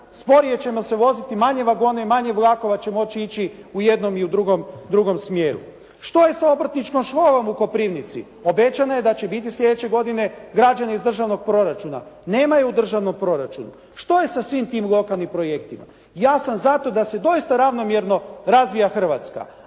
sporije ćemo se voziti, manje vagona i manje vlakova će moći ići u jednom i u drugom smjeru. Što je sa obrtničkom školom u Koprivnici? Obećano je da će biti sljedeće godine građena iz državnog proračuna. Nema je u državnom proračunu. Što je sa svim tim lokalnim projektima? Ja sam za to da se doista ravnomjerno razvija Hrvatska,